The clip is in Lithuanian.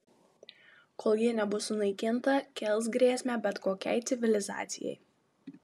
kol ji nebus sunaikinta kels grėsmę bet kokiai civilizacijai